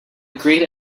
great